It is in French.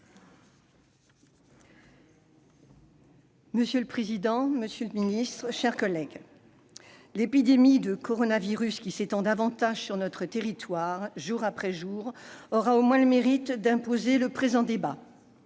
Monsieur le président, monsieur le ministre, mes chers collègues, l'épidémie de coronavirus qui s'étend davantage sur notre territoire jour après jour aura au moins le mérite d'imposer le présent débat.